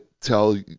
tell